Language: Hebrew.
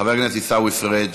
חבר הכנסת עיסאווי פריג'.